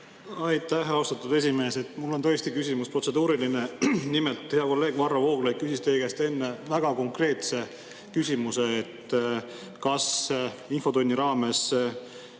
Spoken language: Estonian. Aitäh, austatud esimees! Mul on tõesti protseduuriline küsimus. Nimelt, hea kolleeg Varro Vooglaid küsis teie käest enne väga konkreetse küsimuse, kas infotunni raames